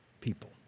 people